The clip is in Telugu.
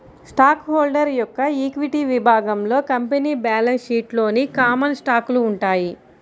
స్టాక్ హోల్డర్ యొక్క ఈక్విటీ విభాగంలో కంపెనీ బ్యాలెన్స్ షీట్లోని కామన్ స్టాకులు ఉంటాయి